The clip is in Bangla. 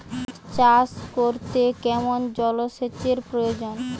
আখ চাষ করতে কেমন জলসেচের প্রয়োজন?